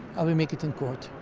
i will make it in court.